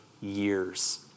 years